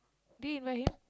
did you invite him